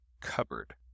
cupboard